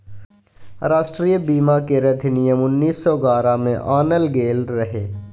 राष्ट्रीय बीमा केर अधिनियम उन्नीस सौ ग्यारह में आनल गेल रहे